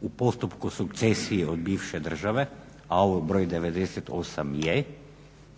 u postupku sukcesije od bivše države. A ovu broj 98. je,